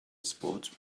sports